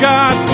God